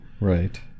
Right